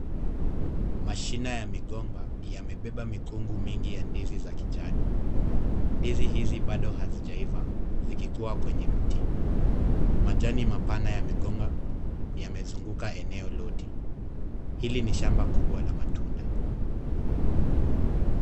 Mashina ya migomba yamebeba makungu mingi ya ndizi za kijani. Ndizi hizi bado hazijaiva zikikua kwenye mti. Majani ya migomba yamezunguka eneo lote. Hili ni shamba kubwa la matunda.